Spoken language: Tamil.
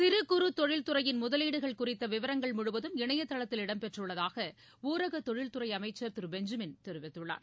சிறு குறு தொழில் துறையின் முதலீடுகள் குறித்த விவரங்கள் முழுவதும் இணையதளத்தில் இடம்பெற்றுள்ளதாக தொழில்துறை உளரக அமைச்சர் திரு பெஞ்சமின் தெரிவித்துள்ளார்